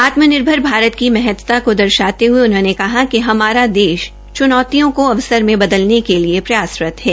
आत्मनिर्भर भारत की महता को दर्शाते हये उन्होंने कहा कि हमारा देश च्नौतियों को अवसर में बदलने के लिए प्रयासरत है